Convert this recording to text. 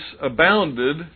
abounded